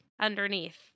underneath